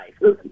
life